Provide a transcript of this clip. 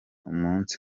umunsi